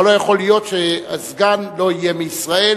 אבל לא יכול להיות שהסגן לא יהיה מישראל,